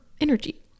energy